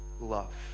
love